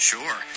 Sure